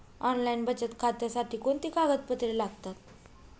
Online बचत खात्यासाठी कोणती कागदपत्रे लागतात?